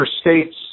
states